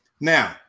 Now